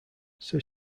sir